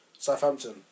Southampton